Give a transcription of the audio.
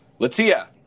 Latia